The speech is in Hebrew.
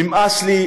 נמאס לי,